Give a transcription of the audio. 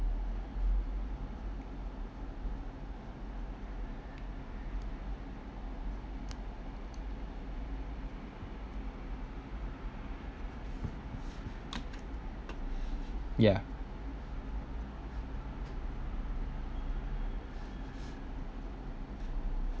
yeah